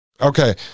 Okay